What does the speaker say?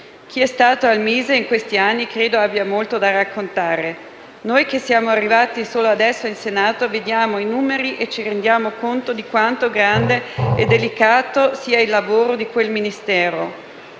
Chi è stato al MISE in questi anni credo abbia molto da raccontare. Noi che siamo arrivati solo adesso in Senato vediamo i numeri e ci rendiamo conto di quanto grande e delicato sia il lavoro di quel Ministero.